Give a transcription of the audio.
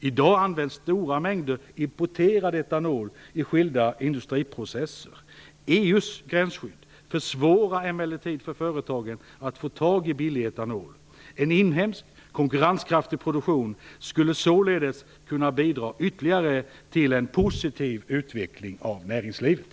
I dag används stora mängder importerad etanol i skilda industriprocesser. EU:s gränsskydd försvårar emellertid för företagen att få tag i billig etanol. En inhemsk, konkurrenskraftig produktion skulle således kunna bidra ytterligare till en positiv utveckling av näringslivet.